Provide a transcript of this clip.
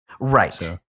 right